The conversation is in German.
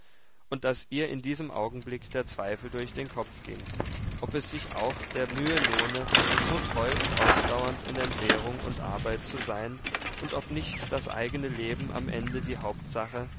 und daß ihr in diesem augenblick der zweifel durch den kopf ging ob es sich auch der mühe lohne so treu und ausdauernd in entbehrung und arbeit zu sein und ob nicht das eigene leben am ende die hauptsache